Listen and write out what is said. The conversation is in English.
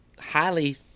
highly